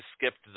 skipped